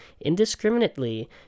indiscriminately